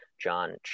John